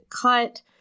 cut